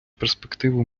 перспективу